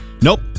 Nope